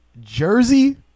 jersey